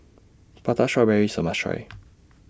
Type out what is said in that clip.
Prata Strawberry IS A must Try